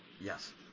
Yes